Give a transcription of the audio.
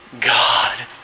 God